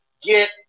get